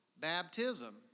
Baptism